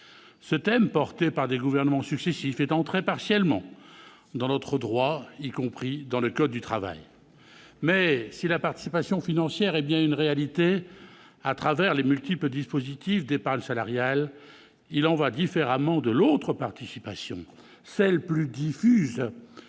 Ce thème, porté par des gouvernements successifs, est entré partiellement dans notre droit, y compris dans le code du travail. Toutefois, si la participation financière est bien une réalité, à travers les multiples dispositifs d'épargne salariale, il en va différemment de l'autre participation, celle, plus diffuse,